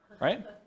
right